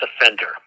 offender